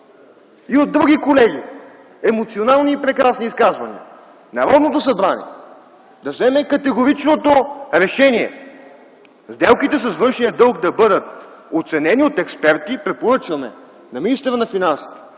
и от други колеги, емоционални и прекрасни изказвания, Народното събрание да вземе категоричното решение сделките с външния дълг да бъдат оценени от експерти. Препоръчваме на министъра на финансите